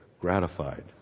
gratified